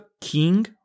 king